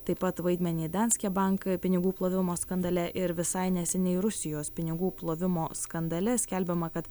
taip pat vaidmenį danske bank pinigų plovimo skandale ir visai neseniai rusijos pinigų plovimo skandale skelbiama kad